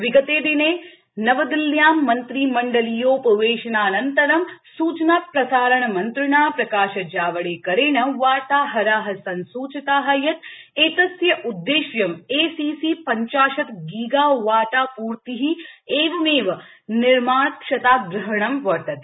विगते दिने नवदिल्ल्यां मंत्रिमण्डलियोपवेशनानन्तरं सूचना प्रसारण मन्त्रिणा प्रकाशजावडेकरेण वार्ताहरा संसूचिताः यत् एतस्य उददेश्यं ए सी सी पञ्चाशत् गीगावाटापूर्ति एवमेव निर्माणक्षताग्रहणं वर्तते